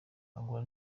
angola